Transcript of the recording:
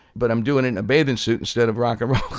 but i'm doing it in a bathing suit instead of rock um ah